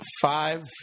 five